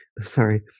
Sorry